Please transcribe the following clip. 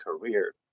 career